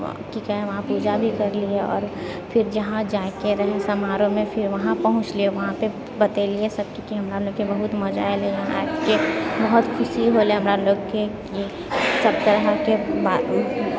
की कहै वहाँ पूजा भी करलिऐ आओर फिर जहाँ जाइके रहै समारोहमे फिर वहाँ पहुचलिऐ वहाँपे बतेलिऐ सबके की हमरालोगकेँ बहुत मजा एलै वहाँ आइके बहुत ख़ुशी होलै हमरालोककेँ सब तरहकेँ बात